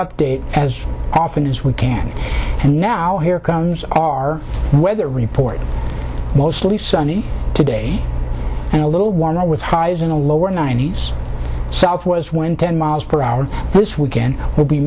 update as often as we can and now here comes our weather report mostly sunny today and a little warmer with highs in the lower ninety's southwest when ten miles per hour this weekend will be